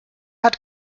hat